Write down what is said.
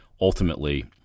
ultimately